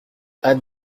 hâte